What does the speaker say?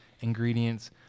ingredients